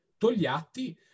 Togliatti